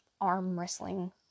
Arm-wrestling